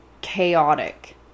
chaotic